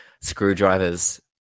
screwdrivers